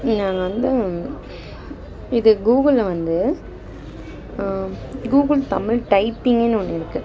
நாங்கள் வந்து இது கூகுளில் வந்து கூகுள் தமிழ் டைப்பிங்கின்னு ஒன்று இருக்குது